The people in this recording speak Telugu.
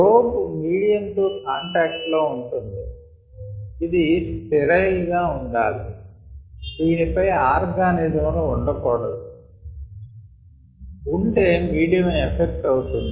ప్రోబ్ మీడియం తో కాంటాక్ట్ లో ఉంటుంది ఇది స్టైరైల్ గా ఉండాలి దీని పై ఆర్గానిజం లు ఉండకూడదు ఉంటే మీడియం ఎఫక్ట్ అవుతుంది